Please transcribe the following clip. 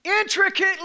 Intricately